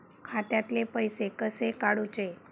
खात्यातले पैसे कसे काडूचे?